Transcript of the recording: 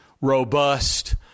robust